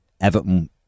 Everton